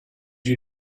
you